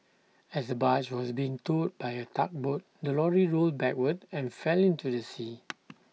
as barge was being towed by A tugboat the lorry rolled backward and fell into the sea